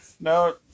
No